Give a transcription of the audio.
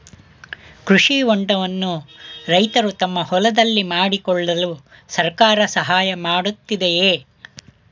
ಕೃಷಿ ಹೊಂಡವನ್ನು ರೈತರು ತಮ್ಮ ಹೊಲದಲ್ಲಿ ಮಾಡಿಕೊಳ್ಳಲು ಸರ್ಕಾರ ಸಹಾಯ ಮಾಡುತ್ತಿದೆಯೇ?